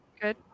Good